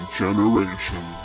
generation